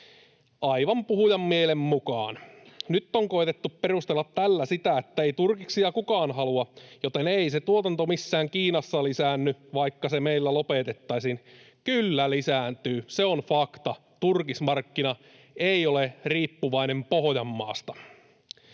aivan puhujan mielen mukaan. Nyt on koetettu perustella tällä sitä, että ei turkiksia kukaan halua, joten ei se tuotanto missään Kiinassa lisäänny, vaikka se meillä lopetettaisiin. Kyllä lisääntyy, se on fakta. Turkismarkkina ei ole riippuvainen Pohjanmaasta.